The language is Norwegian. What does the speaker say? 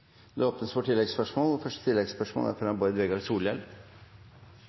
Det åpnes for oppfølgingsspørsmål – Bård Vegar Solhjell.